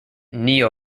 neo